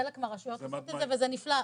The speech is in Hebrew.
חלק מהרשויות עושות את זה, וזה נפלא.